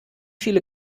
viele